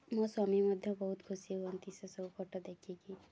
ମୋ ସ୍ୱାମୀ ମଧ୍ୟ ବହୁତ ଖୁସି ହୁଅନ୍ତି ସେସବୁ ଫଟୋ ଦେଖିକି